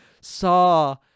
saw